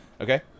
Okay